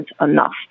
enough